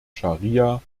scharia